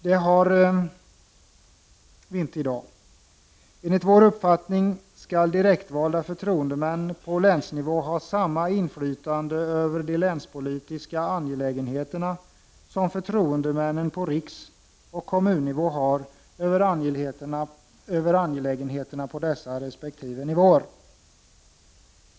Det har vi inte i dag. Enligt vår uppfattning skall direktvalda förtroendemän på länsnivå ha samma inflytande över de länspolitiska angelägenheterna som förtroendemännen på riksoch kommunnivå har över angelägenheterna på dessa resp. nivåer.